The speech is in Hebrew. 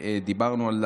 דיברנו על